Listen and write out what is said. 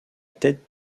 tête